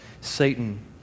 Satan